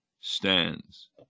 stands